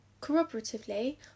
Corroboratively